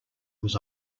was